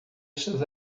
estas